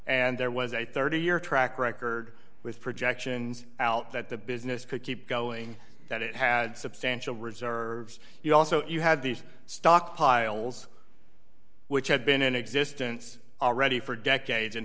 and there was a thirty year track record with projections out that the business could keep going that it had substantial reserves you also you had these stockpiles which had been in existence already for decades and